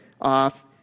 off